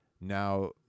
Now